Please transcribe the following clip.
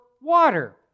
water